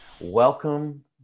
Welcome